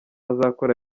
azakora